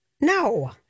No